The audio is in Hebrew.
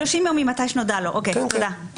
אז 30 יום ממתי שנודע לו, אוקיי, תודה.